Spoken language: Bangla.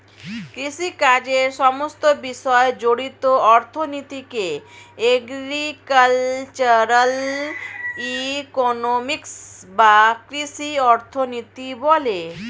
কৃষিকাজের সমস্ত বিষয় জড়িত অর্থনীতিকে এগ্রিকালচারাল ইকোনমিক্স বা কৃষি অর্থনীতি বলে